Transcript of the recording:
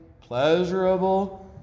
pleasurable